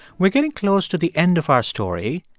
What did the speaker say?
we're getting close to the end of our story,